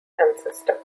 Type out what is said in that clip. ancestor